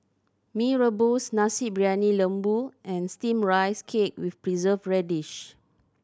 Mee Rebus Nasi Briyani Lembu and Steamed Rice Cake with Preserved Radish